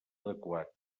adequat